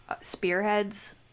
spearheads